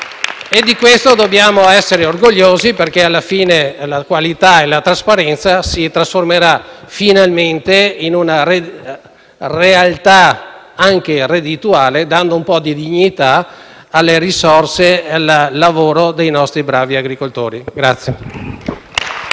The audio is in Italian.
Di questo dobbiamo essere orgogliosi, perché alla fine la qualità e la trasparenza si trasformeranno in una realtà anche reddituale, dando dignità alle risorse e al lavoro dei nostri bravi agricoltori.